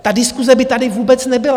Ta diskuse by tady vůbec nebyla.